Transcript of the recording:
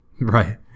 Right